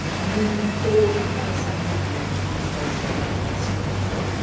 mood, thought and personality, as brain cells die catastrophically.